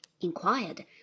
inquired